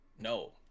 No